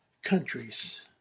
Countries